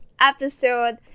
episode